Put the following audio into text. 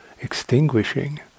extinguishing